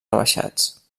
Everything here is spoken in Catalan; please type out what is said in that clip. rebaixats